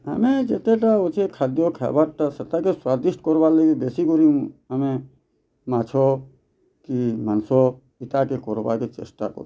ଆମେ ଯେତେଟା ଅଛେ ଖାଦ୍ୟ ଖାଏବାର୍ ଟା ସେତାକେ ସ୍ୱାଦିଷ୍ଟ୍ କର୍ବାର୍ ଲାଗି ବେଶୀ କରି ଆମେ ମାଛ କି ମାଂସ ଇତାକେ କରବାକେ ଚେଷ୍ଟା କର୍ସୁଁ